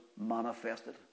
manifested